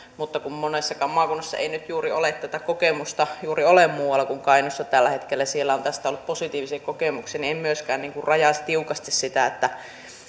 mutta kun monessakaan maakunnassa ei nyt juuri ole tätä kokemusta muualla kuin kainuussa tällä hetkellä ja siellä on tästä ollut positiivisia kokemuksia niin en myöskään rajaisi tiukasti sitä että